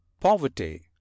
Poverty